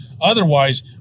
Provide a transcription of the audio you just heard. Otherwise